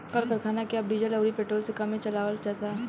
कल करखना के अब डीजल अउरी पेट्रोल से कमे चलावल जाता